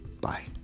Bye